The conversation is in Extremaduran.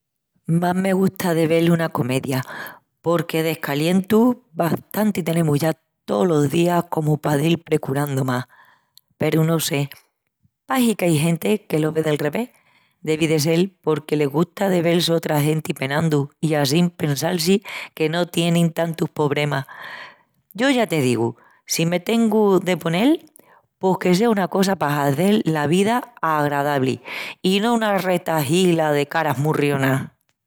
Más me gusta de vél una comedia porque descalientus bastantis tenemus ya tolos días comu pa dil precurandu más. Peru no sé, pahi qu'ai genti que lo ve del revés. Devi de sel porque les gusta de vel sotra genti penandu i assín pensal-si que no tienin tantus pobremas. Yo, ya te digu, si me tengu de ponel, pos que sea una cosa pa hazel la vida agradabli i no una retahila de caras murrionas.